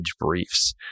briefs